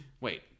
Wait